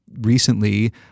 recently